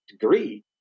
degree